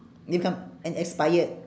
and expired